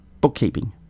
Bookkeeping